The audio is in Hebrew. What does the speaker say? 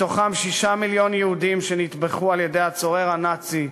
מתוכם שישה מיליון יהודים שנטבחו על-ידי הצורר הנאצי,